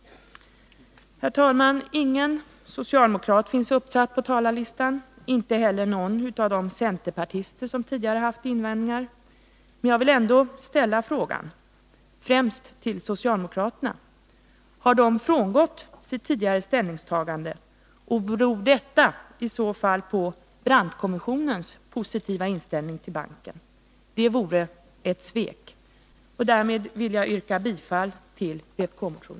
Herr talman! Ingen socialdemokrat finns uppsatt på talarlistan och inte heller någon av de centerpartister som tidigare haft invändningar. Jag vill ändå främst till socialdemokraterna ställa frågan: Har ni frångått ert tidigare ställningstagande och beror detta i så fall på Brandtkommissionens positiva inställning till banken? Det vore ett svek. Därmed vill jag yrka bifall till vpk-motionen.